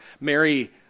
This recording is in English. Mary